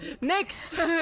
next